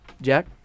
Jack